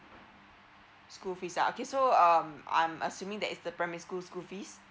school fees ah okay so um I'm assuming that is the primary school school fees